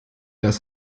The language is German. das